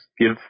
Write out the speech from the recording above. give